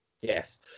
yes